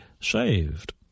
saved